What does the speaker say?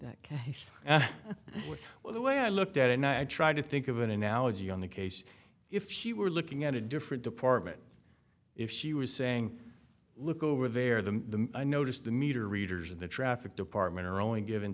that well the way i looked at it and i tried to think of an analogy on the case if she were looking at a different department if she was saying look over there the i noticed the meter readers in the traffic department are only given